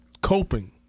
coping